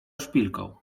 szpilką